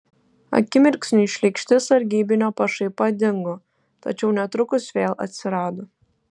akimirksniui šlykšti sargybinio pašaipa dingo tačiau netrukus vėl atsirado